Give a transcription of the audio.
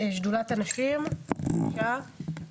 שדולת הנשים, בבקשה.